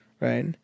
right